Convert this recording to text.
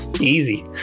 Easy